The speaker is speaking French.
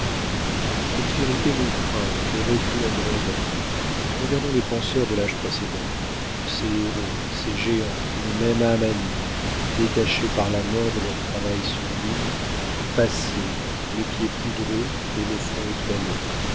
l'obscurité nous craint et recule en grondant regardons les penseurs de l'âge précédent ces héros ces géants qu'une même âme anime détachés par la mort de leur travail sublime passer les pieds poudreux et le front étoilé